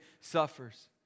suffers